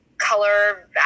color